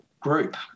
group